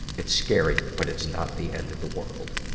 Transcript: it's scary, but it's not the end of the world.